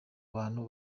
bantu